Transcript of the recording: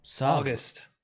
august